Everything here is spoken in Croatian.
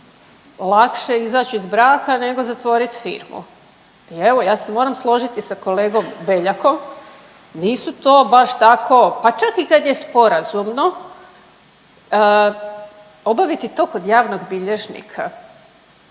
je izaći iz braka nego zatvorit firmu. I evo ja se moram složiti sa kolegom Beljakom, nisu to baš tako, pa čak i kad je sporazumno obaviti to kod javnog bilježnik?